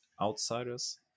outsiders